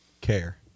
care